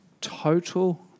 total